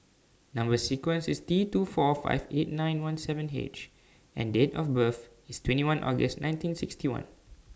Number sequence IS T two four five eight nine one seven H and Date of birth IS twenty one August nineteen sixty one